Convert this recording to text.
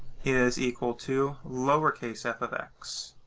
is equal to lowercase f of x.